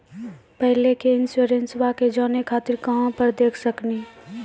पहले के इंश्योरेंसबा के जाने खातिर कहां पर देख सकनी?